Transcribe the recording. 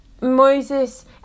Moses